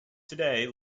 today